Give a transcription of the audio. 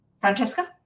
Francesca